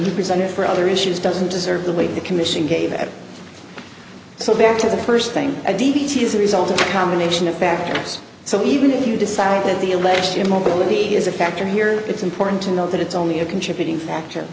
he presented for other issues doesn't deserve the weight the commission gave it so back to the first thing a d d t is a result of a combination of factors so even if you decide that the alleged immobility is a factor here it's important to know that it's only a contributing factor